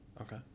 Okay